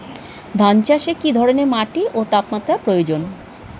ধান চাষে কী ধরনের মাটি ও তাপমাত্রার প্রয়োজন?